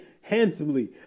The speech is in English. Handsomely